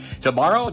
tomorrow